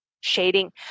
shading